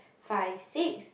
five six